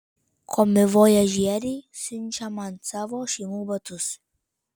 komivojažieriai siunčia man savo šeimų batus